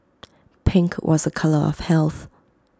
pink was A colour of health